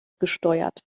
gesteuert